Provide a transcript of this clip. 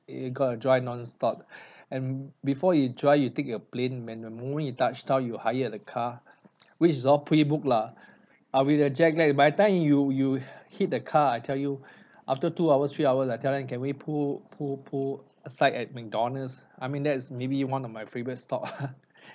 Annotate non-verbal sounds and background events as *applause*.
you got to drive nonstop *breath* and before you drive you take your plane when the moment you touched down you hired a car which is all pre-book lah ah with the jetlag by the time you you you hit the car I tell you *breath* after two hours three hours I tell them can we pull pull pull aside at Mcdonalds I mean that's maybe one of my favourite stop